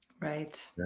Right